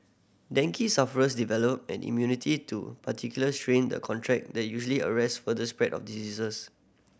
dengue sufferers develop an immunity to particular strain the contract that usually arrests further spread of diseases